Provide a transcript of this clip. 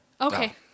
Okay